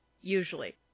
Usually